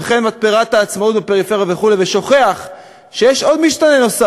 וכן מתפרת "העצמאות" בפריפריה וכו' שוכח שיש משתנה נוסף,